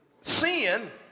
sin